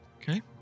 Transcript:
Okay